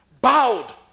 bowed